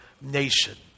nation